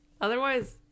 Otherwise